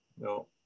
no